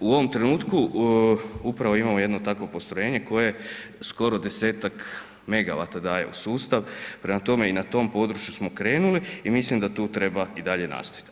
U ovom trenutku upravo imamo jedno takvo postrojenje, koj je skoro 10-tak megawata daje u sustav, prema tome, i na tom području smo krenuli i mislim da tu treba i dalje nastaviti.